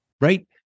Right